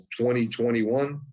2021